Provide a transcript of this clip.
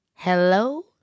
Hello